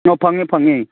ꯑꯣ ꯐꯪꯉꯦ ꯐꯪꯉꯦ